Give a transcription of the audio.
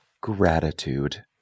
gratitude